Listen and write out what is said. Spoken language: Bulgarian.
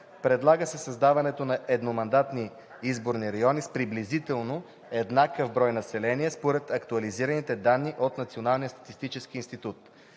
Предлага се създаването на едномандатни изборни райони с приблизително еднакъв брой население според актуализираните данни от Националния статистически институт.